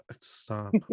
Stop